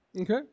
Okay